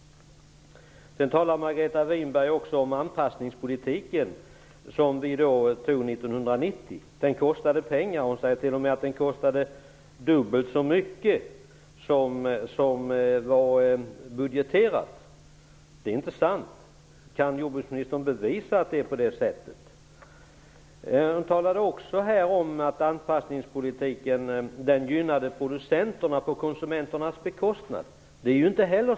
Margareta Winberg talade vidare om anpassningspolitiken som vi lade fast 1990. Den kostade mycket pengar. Hon säger t.o.m. att den kostade dubbelt så mycket som det budgeterade beloppet. Det är inte sant. Kan jordbruksministern bevisa att det är så? Att anpassningspolitiken gynnade producenterna på konsumenternas bekostnad talade Margareta Winberg också om.